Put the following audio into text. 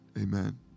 amen